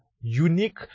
unique